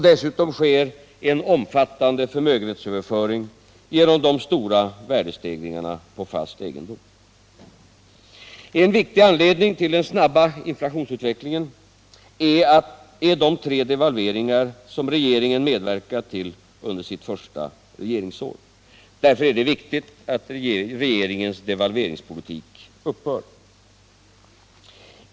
Dessutom sker en omfattande förmögenhetsöverföring genom de stora värdestegringarna på fast egendom. En viktig anledning till den snabba inflationsutvecklingen är de tre devalveringar som regeringen medverkat till under sitt första regeringsår. Därför är det viktigt att regeringens devalveringspolitik upphör.